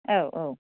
औ औ